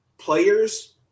players